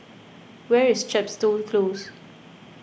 where is Chepstow Close